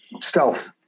Stealth